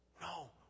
no